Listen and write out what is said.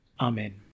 Amen